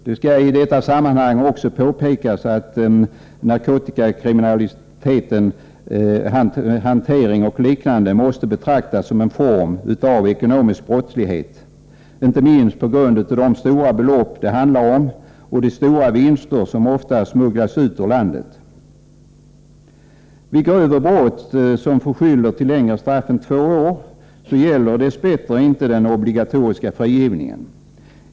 Det skall i detta sammanhang också påpekas att narkotikakriminaliteten — hantering och liknande — måste betraktas som en form av ekonomisk brottslighet, inte minst på grund av de stora belopp det handlar om och de stora vinster som ofta smugglas ut ur landet. Vid grövre brott som förskyller till längre straff än två år gäller dess bättre inte den obligatoriska frigivningen.